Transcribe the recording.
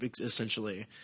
essentially